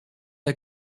der